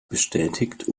bestätigt